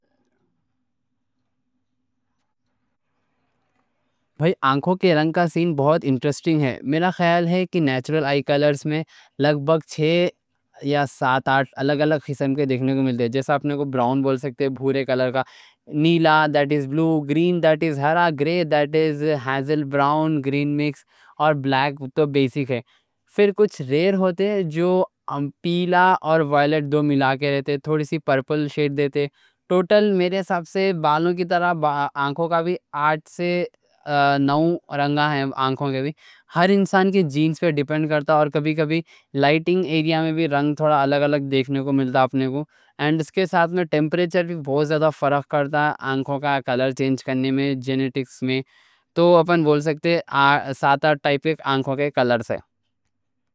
آنکھوں کے رنگ کا سین بہت انٹریسٹنگ ہے، میرا خیال ہے کہ نیچرل آئی کلرز میں لگ بھگ چھے یا سات آٹھ الگ الگ خیسم کے دیکھنے کو ملتے ہیں۔ جیسا آپنے کو براؤن بول سکتے ہیں، بھورے کلر کا، نیلا ڈیٹ اِز بلو، گرین ڈیٹ اِز ہرا، ہیزل، براؤن گرین مکس اور بلیک تو بیسک ہے۔ پھر کچھ ریئر ہوتے ہیں جو پیلا اور وائلٹ دو ملا کے رہتے ہیں، تھوڑی سی پرپل شیڈ دیتے ہیں۔ ٹوٹل میرے حساب سے آٹھ سے نو، بالوں کی طرح آنکھوں کا بھی رنگاں ہیں۔ آنکھوں کے بھی ہر انسان کے جینز پر ڈیپنڈ کرتا ہے اور کبھی کبھی لائٹنگ ایریا میں بھی رنگ تھوڑا الگ الگ دیکھنے کو ملتا ہے۔ اور اس کے ساتھ میں ٹیمپریچر بھی بہت زیادہ فرق کرتا ہے آنکھوں کا کلر چینج کرنے میں۔ جینیٹکس میں تو ہم بول سکتے ہیں سات آٹھ ٹائپ آنکھوں کے کلر سے۔